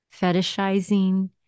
fetishizing